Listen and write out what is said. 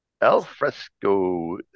Alfresco